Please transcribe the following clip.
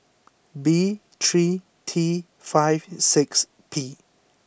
B three T five six P